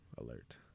alert